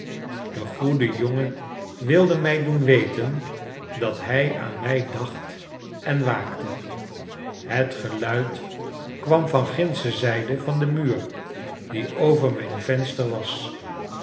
de goede jongen wilde mij doen weten dat hij aan mij dacht en waakte het geluid kwam van gindsche zijde van den muur die over mijn venster was